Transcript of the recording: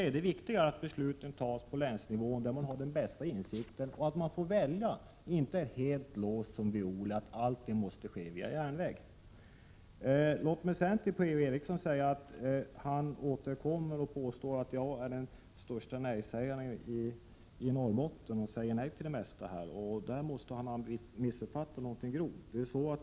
Det viktiga är att besluten fattas på länsnivå, där man har den bästa insikten, och att man får välja, och inte — som Viola Clarkson — är helt låst vid att alla transporter måste ske via järnväg. Per-Ola Eriksson påstår att jag är den störste nejsägaren i Norrbotten. Han påstår att jag säger nej till det mesta. Han måsta ha missuppfattat detta grovt.